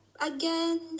again